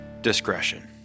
discretion